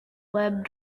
web